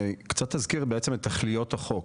אני קצת אזכיר את תכליות החוק.